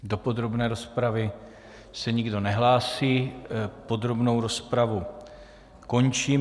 Do podrobné rozpravy se nikdo nehlásí, podrobnou rozpravu končím.